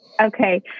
Okay